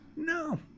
No